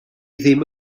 ddim